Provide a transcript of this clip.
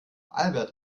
albert